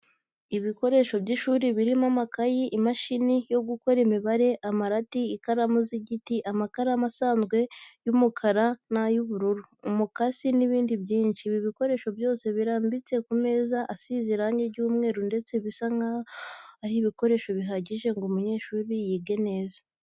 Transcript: Ibikoresho by'ishuri birimo amakayi, imashini yo gukora imibare, amarati, ikaramu z'igiti, amakaramu asanzwe y'umukara n'ay'ubururu, umukasi n'ibindi byinshi. Ibi bikoresho byose birambitse ku meza asize irange ry'umweru ndetse bisa n'aho ari ibikoresho bihagije ngo umunyeshuri yige neza.